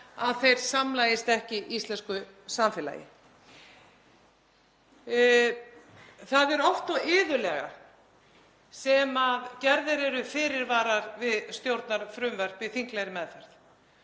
koma samlagist ekki íslensku samfélagi. Það er oft og iðulega sem gerðir eru fyrirvarar við stjórnarfrumvörp í þinglegri meðferð.